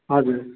हजुर